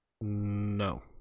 No